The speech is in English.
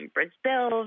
Brazil